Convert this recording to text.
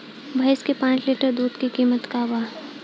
भईस के पांच लीटर दुध के कीमत का बा?